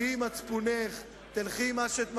תהיי עם מצפונך, תלכי עם מה שאת מאמינה.